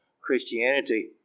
Christianity